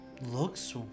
looks